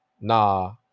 nah